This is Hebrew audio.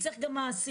צריך גם מעשים,